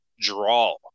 draw